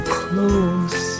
close